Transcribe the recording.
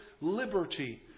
liberty